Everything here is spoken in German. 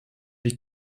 die